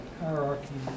hierarchy